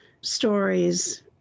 stories